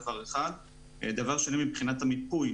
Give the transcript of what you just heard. דבר שני, מבחינת המיפוי.